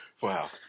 Wow